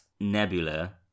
nebula